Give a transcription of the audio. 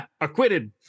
acquitted